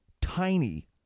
tiny